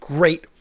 Great